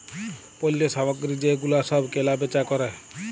পল্য সামগ্রী যে গুলা সব কেলা বেচা ক্যরে